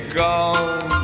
gone